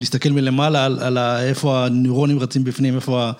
להסתכל מלמעלה על איפה הנוירונים רצים בפנים, איפה ה...